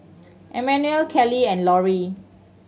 Emmanuel Keli and Lorri